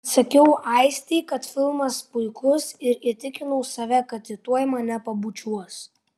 pasakiau aistei kad filmas puikus ir įtikinau save kad ji tuoj mane pabučiuos